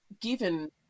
given